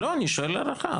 אני שואל על הערכה,